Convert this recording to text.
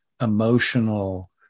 emotional